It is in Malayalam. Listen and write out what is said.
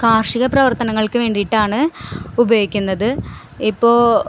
കാർഷിക പ്രവർത്തനങ്ങൾക്ക് വേണ്ടിയിട്ടാണ് ഉപയോഗിക്കുന്നത് ഇപ്പോള്